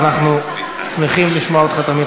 אנחנו שמחים לשמוע אותך תמיד,